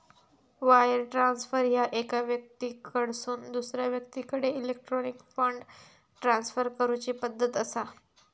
wire transfer ह्या एका व्यक्तीकडसून दुसरा व्यक्तीकडे इलेक्ट्रॉनिक फंड ट्रान्सफर करूची पद्धत असा